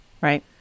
right